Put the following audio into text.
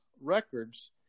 records